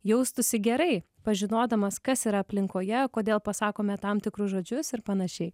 jaustųsi gerai pažinodamas kas yra aplinkoje kodėl pasakome tam tikrus žodžius ir panašiai